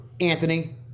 Anthony